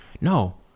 No